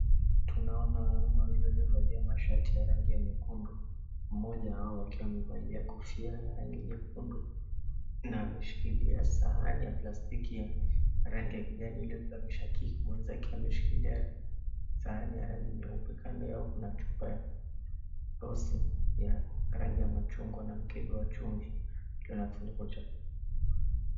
Tunaona wanaume wawili waliovalia mashati ya rangi ya nyekundu, mmoja wao akiwa amevalia kofia ya rangi ya nyekundu na ameshikilia sahani ya plastiki ya rangi ya kijani iliyo na mishikaki, mwenzake akiwa ameshikilia sahani ya rangi ya nyeupe. Kando yao kuna chupa ya sosi ya rangi ya machungwa na mkebe wa chumvi ukiwa na kifuniko cha samawati.